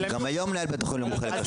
היום מנהל בית החולים לא מומחה לכשרות.